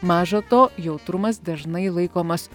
maža to jautrumas dažnai laikomas